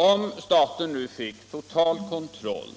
Om staten nu fick total kontroll